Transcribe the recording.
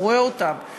הוא רואה אותם,